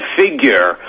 figure